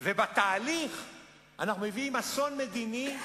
ובתהליך אנחנו מביאים אסון מדיני,